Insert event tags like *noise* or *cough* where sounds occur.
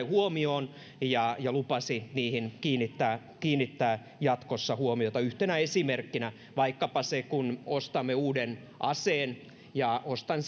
*unintelligible* huomioon ja ja lupasi niihin kiinnittää kiinnittää jatkossa huomiota yhtenä esimerkkinä vaikkapa se että kun ostan uuden aseen ja ostan *unintelligible*